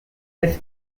this